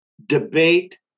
Debate